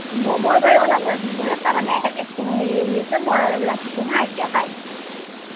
মো মোৰ বাৰু অলপ মোৰ এটা মানে একটিং হেৰি আহি আছে মই ৰাখিছোঁ হা এতিয়া বাই